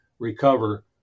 recover